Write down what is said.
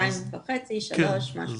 2:30 לפנות בוקר.